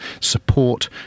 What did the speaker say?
support